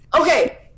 Okay